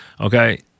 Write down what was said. okay